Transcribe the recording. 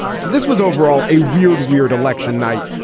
so this was overall a weird, weird election night.